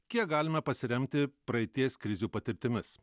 kiek galima pasiremti praeities krizių patirtimis